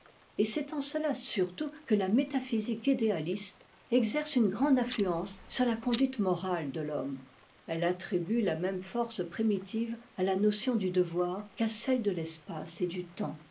et c'est en cela surtout que la métaphysique idéaliste exerce une grande influence sur ta conduitemorale de l'homme elle attribue la même force primitive à la notion du devoir qu'à celle de l'espace et du temps